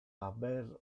haber